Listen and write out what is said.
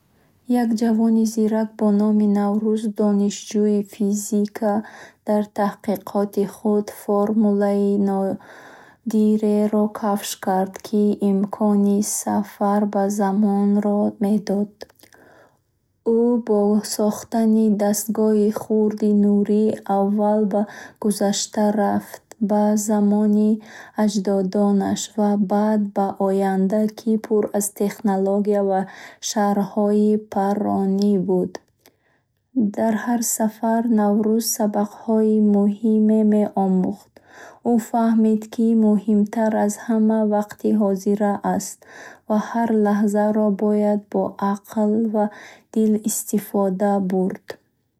Як ҷавони зирак бо номи Наврӯз, донишҷӯи физика, дар таҳқиқоти худ формулаи нодиреро кашф кард, ки имкони сафар дар замонро медод. Ӯ бо сохтани дастгоҳи хурди нурӣ аввал ба гузашта рафт ба замони аҷдодонаш ва баъд ба оянда, ки пур аз технология ва шаҳрҳои паррон буд. Дар ҳар сафар, Наврӯз сабақҳои муҳим меомӯхт. Ӯ фаҳмид, ки муҳимтар аз ҳама вақти ҳозира аст, ва ҳар лаҳзаро бояд бо ақл ва дил истифода бурд.